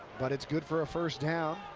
but it's good for a first down,